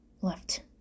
left